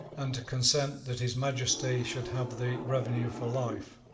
and to consent that his majesty should have the revenue for life.